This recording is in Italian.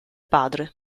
padre